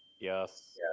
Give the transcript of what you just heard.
Yes